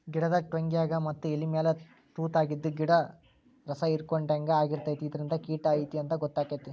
ಗಿಡದ ಟ್ವಂಗ್ಯಾಗ ಮತ್ತ ಎಲಿಮ್ಯಾಲ ತುತಾಗಿದ್ದು ಗಿಡ್ದ ರಸಾಹಿರ್ಕೊಡ್ಹಂಗ ಆಗಿರ್ತೈತಿ ಇದರಿಂದ ಕಿಟ ಐತಿ ಅಂತಾ ಗೊತ್ತಕೈತಿ